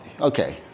Okay